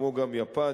כמו גם יפן,